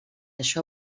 això